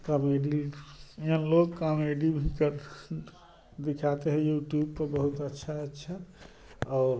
comedy में हम लोग कॉमेडी भी कर दिखाते हैं यूट्यूब पर बहुत अच्छा अच्छा और